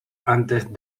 antes